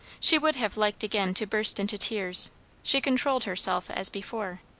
she would have liked again to burst into tears she controlled herself as before.